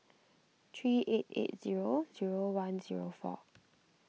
three eight eight zero zero one zero four